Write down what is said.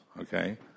okay